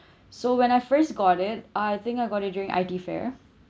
so when I first got it I think I got it during I_T fair